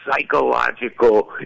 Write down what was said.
psychological